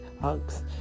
hugs